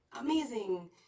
amazing